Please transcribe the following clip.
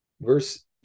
verse